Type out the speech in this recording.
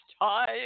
time